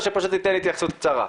או שפשוט תיתן התייחסות קצרה.